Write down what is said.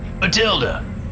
Matilda